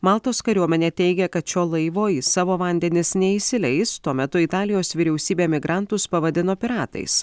maltos kariuomenė teigia kad šio laivo į savo vandenis neįsileis tuo metu italijos vyriausybė migrantus pavadino piratais